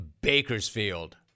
Bakersfield